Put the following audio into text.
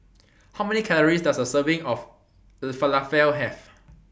How Many Calories Does A Serving of Falafel Have